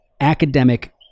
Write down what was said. academic